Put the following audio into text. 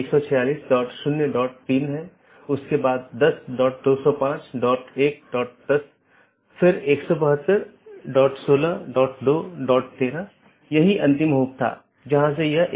BGP को एक एकल AS के भीतर सभी वक्ताओं की आवश्यकता होती है जिन्होंने IGBP कनेक्शनों को पूरी तरह से ठीक कर लिया है